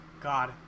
God